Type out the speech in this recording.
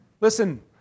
Listen